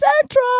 Central